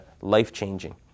life-changing